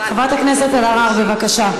חברת הכנסת אלהרר, בבקשה.